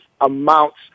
amounts